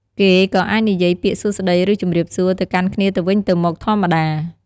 គេក៏អាចនិយាយពាក្យ សួស្ដី ឬ ជម្រាបសួរ ទៅកាន់គ្នាទៅវិញទៅមកធម្មតា។